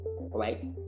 right